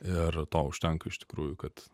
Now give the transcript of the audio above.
ir to užtenka iš tikrųjų kad